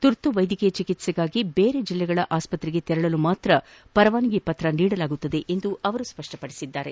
ತುರ್ತು ವೈದ್ಯಕೀಯ ಚಿಕಿತ್ಸೆಗಾಗಿ ಬೇರೆ ಜಿಲ್ಲೆಗಳಲ್ಲಿನ ಆಸ್ಪತ್ರೆಗೆ ತೆರಳಲು ಮಾತ್ರ ಪರವಾನಗಿ ಪತ್ರ ನೀಡಲಾಗುವುದು ಎಂದು ಅವರು ಸ್ಪಷ್ಟವಡಿಸಿದ್ದಾರೆ